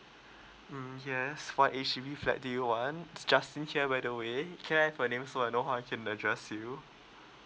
mm yes for H_D_B flat do you want justin here by the way can I have your name so I know how I can address you